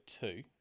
two